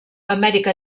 amèrica